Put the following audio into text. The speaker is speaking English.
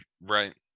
Right